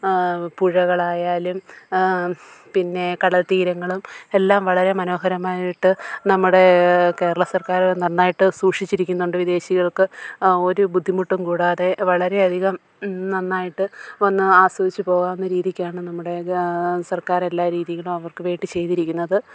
പുഴകളായാലും പിന്നെ കടൽത്തീരങ്ങളും എല്ലാം വളരെ മനോഹരമായിട്ട് നമ്മുടെ കേരള സർക്കാർ നന്നായിട്ട് സൂക്ഷിച്ചിരിക്കുന്നുണ്ട് വിദേശികൾക്ക് ഒരു ബുദ്ധിമുട്ടും കൂടാതെ വളരെയധികം നന്നായിട്ട് വന്ന് ആസ്വാദിച്ച് പോകാവുന്ന രീതിക്കാണ് നമ്മുടെ സർക്കാരെല്ലാ രീതീയിലും അവർക്കു വേണ്ടി ചെയ്തിരിക്കുന്നത്